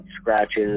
scratches